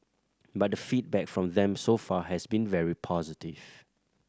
but the feedback from them so far has been very positive